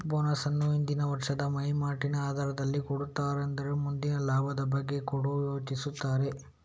bonus ಅನ್ನು ಹಿಂದಿನ ವರ್ಷದ ವೈವಾಟಿನ ಆಧಾರದಲ್ಲಿ ಕೊಡ್ತಾರಾದ್ರೂ ಮುಂದಿನ ಲಾಭದ ಬಗ್ಗೆ ಕೂಡಾ ಯೋಚಿಸ್ತಾರೆ